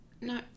No